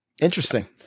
interesting